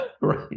right